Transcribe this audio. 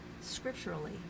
scripturally